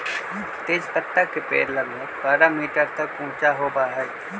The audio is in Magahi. तेजपत्ता के पेड़ लगभग बारह मीटर तक ऊंचा होबा हई